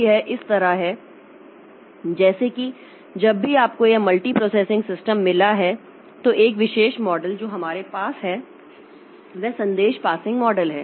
तो यह इस तरह है जैसे कि जब भी आपको यह मल्टीप्रोसेसिंग सिस्टम मिला है तो एक विशेष मॉडल जो हमारे पास है वह संदेश पासिंग मॉडल है